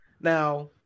Now